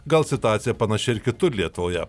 gal situacija panaši ir kitur lietuvoje